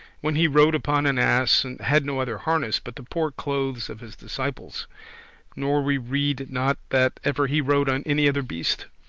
when he rode upon an ass, and had no other harness but the poor clothes of his disciples nor we read not that ever he rode on any other beast.